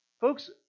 folks